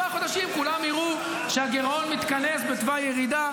ארבעה חודשים כולם יראו שהגירעון מתכנס בתוואי ירידה